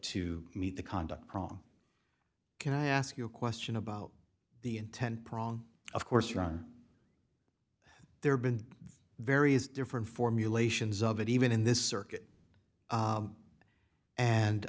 to meet the conduct wrong can i ask you a question about the intent prong of course you are there have been various different formulations of it even in this circuit